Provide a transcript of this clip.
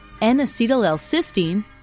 N-acetyl-L-cysteine